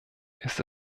ist